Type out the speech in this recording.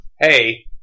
hey